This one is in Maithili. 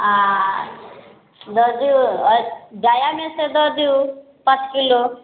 आओर दऽ दियौ आओर जयामे सँ दऽ दियौ पाँच किलो